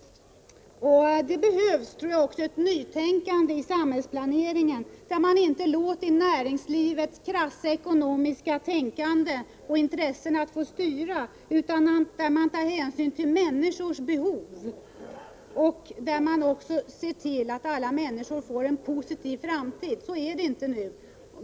Det behövs också ett nytänkande i samhällsplaneringen där man inte låter näringslivets krassa ekonomiska tänkande och intressen få styra. Man måste ta hänsyn till människors behov och se till att alla människor får en positiv framtid. Så är det inte nu.